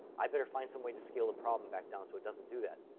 i'd better find some way to scale the problem back down so it doesn't do that.